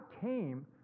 came